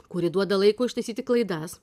kuri duoda laiko ištaisyti klaidas